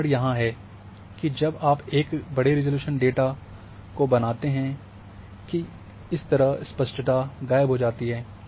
उदाहरण यहाँ हैं कि जब आप एक बड़े रिज़ॉल्यूशन डेटा बनाते हैं कि इस तरह स्पष्टता गायब हो जाती है